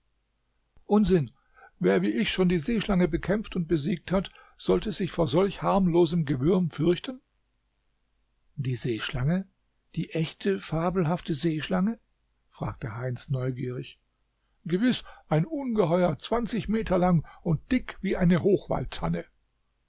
unsinn wer wie ich schon die seeschlange bekämpft und besiegt hat sollte sich vor solch harmlosem gewürm fürchten die seeschlange die echte fabelhafte seeschlange fragte heinz neugierig gewiß ein ungeheuer zwanzig meter lang und dick wie eine